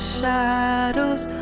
Shadows